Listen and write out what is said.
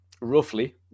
Roughly